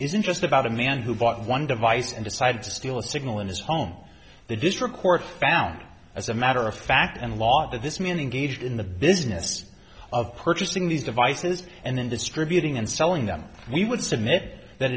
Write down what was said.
isn't just about a man who bought one device and decided to steal a signal in his home the district court found as a matter of fact and law that this man in gauged in the business of purchasing these devices and then distributing and selling them we would submit tha